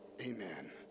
Amen